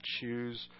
choose